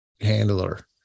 handler